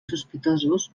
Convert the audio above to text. sospitosos